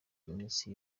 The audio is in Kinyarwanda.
iminsi